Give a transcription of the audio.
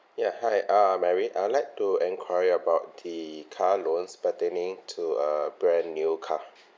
ya hi uh mary I'd like to enquire about the car loans pertaining to a brand new car